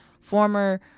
former